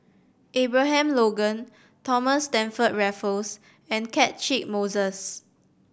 Abraham Logan Thomas Stamford Raffles and Catchick Moses